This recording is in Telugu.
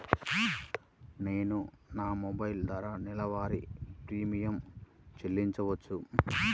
నేను నా మొబైల్ ద్వారా నెలవారీ ప్రీమియం చెల్లించవచ్చా?